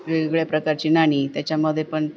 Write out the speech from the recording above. वेगवेगळ्या प्रकारची नाणी त्याच्यामध्ये पण